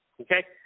okay